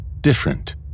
different